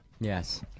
Yes